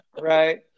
Right